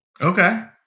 Okay